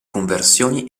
conversioni